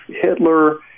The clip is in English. Hitler